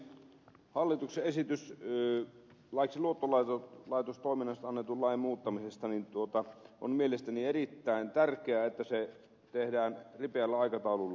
hallituksen esitys laiksi luottolaitostoiminnasta annetun lain muuttamisesta on mielestäni sellainen että on erittäin tärkeää että se tehdään ripeällä aikataululla